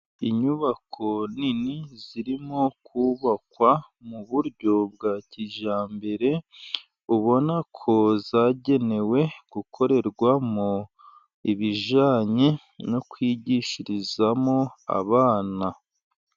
Inyubako nini zirimo kubakwa mu buryo bwa kijyambere. Ubona ko zagenewe gukorerwamo ibijyanye no kwigishirizamo abana.